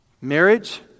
marriage